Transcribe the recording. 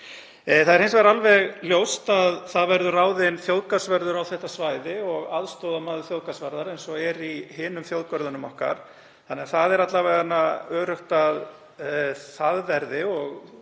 Það er hins vegar alveg ljóst að ráðinn verður þjóðgarðsvörður á þetta svæði og aðstoðarmaður þjóðgarðsvarðar eins og er í hinum þjóðgörðunum okkar. Það er alla vega öruggt að svo verði og